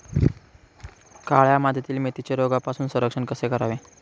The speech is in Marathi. काळ्या मातीतील मेथीचे रोगापासून संरक्षण कसे करावे?